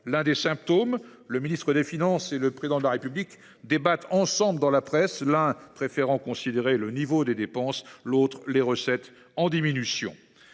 est bien que le ministre chargé des finances et le Président de la République débattent dans la presse, l’un préférant considérer le niveau des dépenses, l’autre les recettes en diminution.